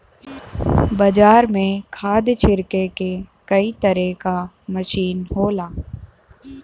बाजार में खाद छिरके के कई तरे क मसीन होला